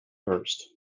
first